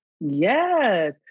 Yes